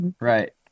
right